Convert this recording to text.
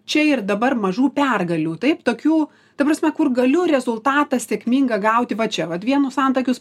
čia ir dabar mažų pergalių taip tokių ta prasme kur galiu rezultatą sėkmingą gauti va čia vat vienus antakius